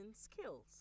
skills